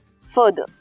further